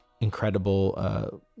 incredible